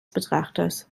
betrachters